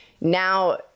now